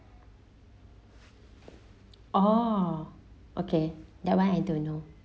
oh okay that one I don't know